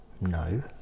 No